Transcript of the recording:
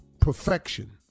perfection